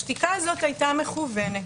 השתיקה הזאת הייתה מכוונת,